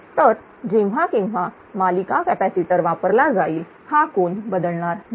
तर जेव्हा केव्हा मालिका कॅपॅसिटर वापरला जाईल हा कोन बदलणार नाही